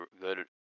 good